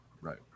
Right